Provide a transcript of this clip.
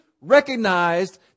recognized